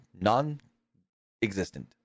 non-existent